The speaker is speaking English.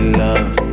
love